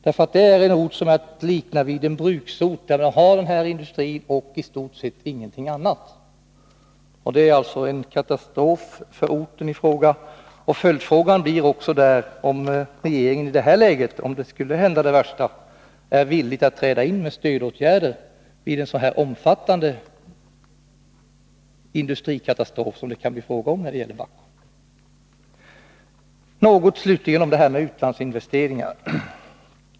Orten är att likna vid en bruksort, där man har denna industri och istort sett ingenting annat. Följdfrågan blir därför om regeringen är villig att träda in med stödåtgärder vid en så omfattande industrikatastrof som det kan bli fråga om när det gäller Bahco. Slutligen något om utlandsinvesteringarna.